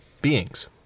beings